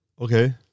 Okay